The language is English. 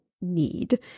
need